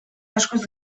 askoz